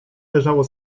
leżało